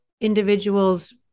individuals